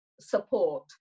support